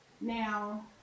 Now